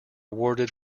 awarded